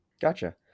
Gotcha